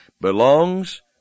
belongs